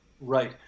Right